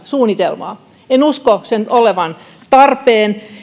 suunnitelmaa en usko sen olevan tarpeen